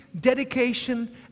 dedication